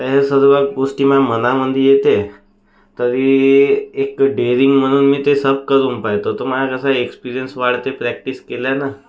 तर हे सर्व गोष्टी माझ्या मनामध्ये येते तरी एक डेअरिंग म्हणून मी ते सब करून पाहतो तर माझं कसं आहे एक्सपेरियन्स वाढते प्रॅक्टिस केल्यानं